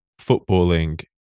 footballing